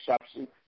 substance